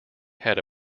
had